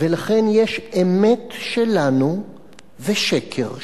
לכן יש אמת שלנו ושקר שלהם.